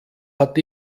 hat